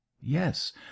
yes